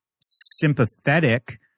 sympathetic